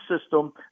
system